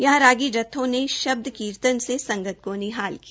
यहां रागी जत्थों ने शब्द कीर्तन से संगत को निहाल किया